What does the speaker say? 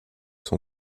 son